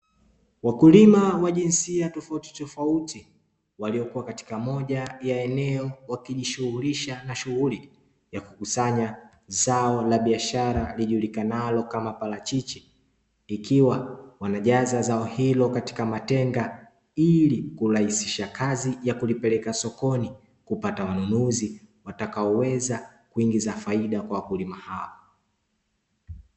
Wakulima wa jinsia tofautitofauti waliokua katika moja ya eneo wakijishughulisha na shughuli ya kukusanya zao la biashara lijulikanalo kama parachichi, ikiwa wanajaza zao hilo katika matenga ili kurahisisha kazi ya kulipeleka sokoni, kupata wanunuzi watakaoweza kuingiza faida kwa wakulima hao.